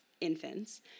infants